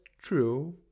true